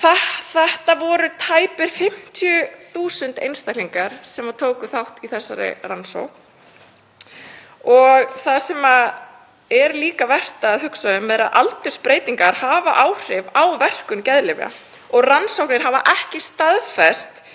Það voru tæpir 50.000 einstaklingar sem tóku þátt í þessari rannsókn. Það sem er líka vert að hugsa um er að aldursbreytingar hafa áhrif á verkun geðlyfja og rannsóknir hafa ekki staðfest jákvæða